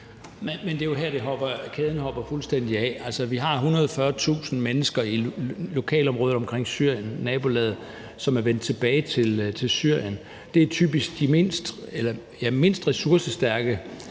Men det er jo her, kæden hopper fuldstændig af. Altså, vi har 140.000 mennesker i lokalområdet omkring Syrien, dets nabolag, som er vendt tilbage til Syrien. Det er typisk de mindst ressourcestærke,